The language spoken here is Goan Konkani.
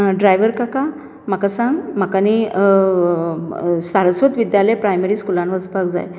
आं डॅायवर काका म्हाका सांग म्हाका न्ही सारस्वत विद्यालय प्रायमरी स्कुलान वचपाक जाय